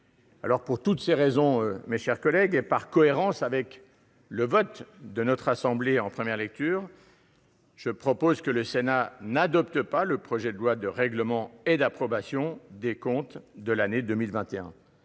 Pour toutes ces raisons, et par cohérence avec le vote du Sénat en première lecture, je propose que le Sénat n'adopte pas le projet de loi de règlement et d'approbation des comptes de l'année 2021.